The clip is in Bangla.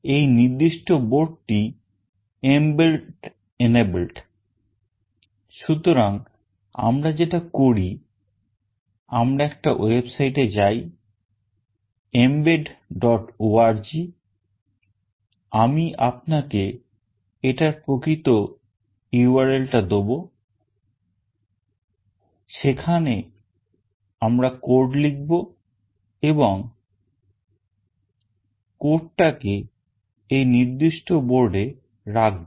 এই নির্দিষ্ট বোর্ডটি রাখবো